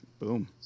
Boom